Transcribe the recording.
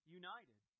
united